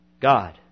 God